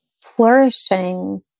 flourishing